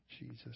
Jesus